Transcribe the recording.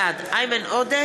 בעד חמד עמאר,